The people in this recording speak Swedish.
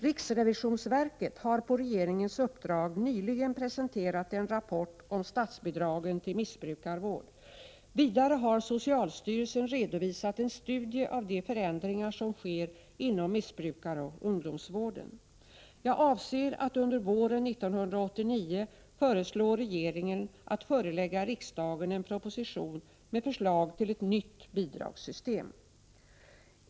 Riksrevisionsverket har på regeringens uppdrag nyligen presenterat en rapport om statsbidragen till missbrukarvård. Vidare har socialstyrelsen redovisat en studie av de förändringar som sker inom missbrukaroch ungdomsvården. Jag avser att under våren 1989 föreslå regeringen att förelägga riksdagen en proposition med förslag till ett nytt bidragssystem.